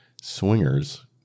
swingers